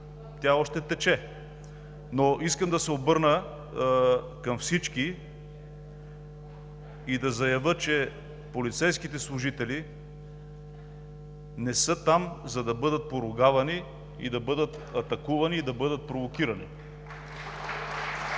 тя още тече. Но искам да се обърна към всички и да заявя, че полицейските служители не са там, за да бъдат поругавани, да бъдат атакувани и бъдат провокирани.